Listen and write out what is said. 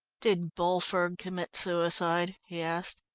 did bulford commit suicide? he asked.